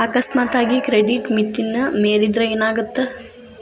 ಅಕಸ್ಮಾತಾಗಿ ಕ್ರೆಡಿಟ್ ಮಿತಿನ ಮೇರಿದ್ರ ಏನಾಗತ್ತ